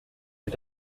est